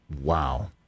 Wow